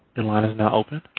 and line is now open.